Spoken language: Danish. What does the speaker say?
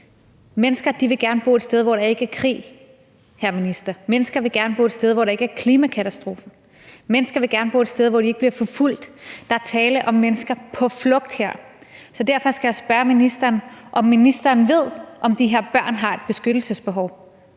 Mennesker vil gerne bo et sted, hvor der ikke er krig, hr. minister; mennesker vil gerne bo et sted, hvor der ikke er klimakatastrofer; mennesker vil gerne bo et sted, hvor de ikke bliver forfulgt. Der er tale om mennesker på flugt. Derfor skal jeg spørge ministeren, om ministeren ved, om de her børn har et beskyttelsesbehov.